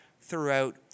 throughout